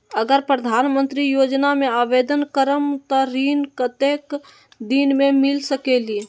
अगर प्रधानमंत्री योजना में आवेदन करम त ऋण कतेक दिन मे मिल सकेली?